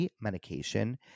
medication